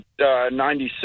96